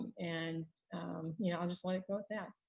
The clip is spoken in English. and you know i'll just like to go with that.